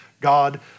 God